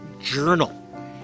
journal